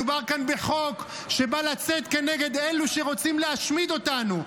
מדובר כאן בחוק שבא לצאת כנגד אלו שרוצים להשמיד אותנו,